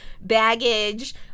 baggage